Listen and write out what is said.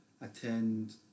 attend